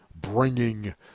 bringing